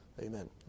Amen